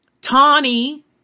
Tawny